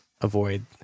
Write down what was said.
avoid